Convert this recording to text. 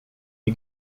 nie